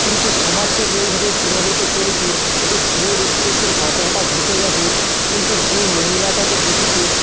কিন্তু সমাজকে এইভাবে প্রভাবিত করেছে যে ভুয়ো রেপ কেসের ঘটনাটা ঘটে গেছে কিন্তু যে মহিলাটাকে দেখিয়েছে